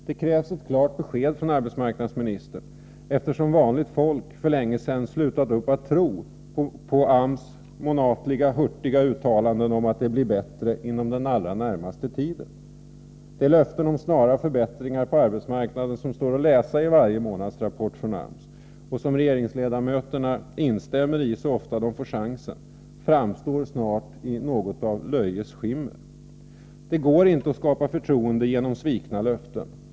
Det krävs ett klart besked från arbetsmarknadsministern, eftersom vanligt folk för länge sedan slutat att tro på AMS månatliga hurtiga uttalanden om att det blir bättre inom den allra närmaste tiden. De löften om snara förbättringar på arbetsmarknaden som står att läsa i varje månadsrapport från AMS och som regeringsledamöterna instämmer i så ofta de får chansen framstår snart i ett löjets skimmer. Det går inte att skapa förtroende genom svikna löften.